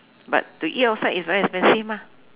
but to eat outside is very expensive mah